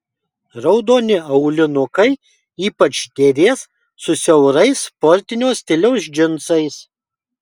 raudoni aulinukai ypač derės su siaurais sportinio stiliaus džinsais